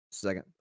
second